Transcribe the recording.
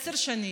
עשר שנים.